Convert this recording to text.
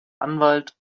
anwalt